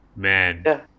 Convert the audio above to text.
Man